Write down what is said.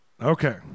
Okay